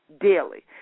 daily